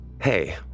Hey